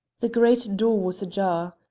the great door was ajar.